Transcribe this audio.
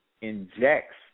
injects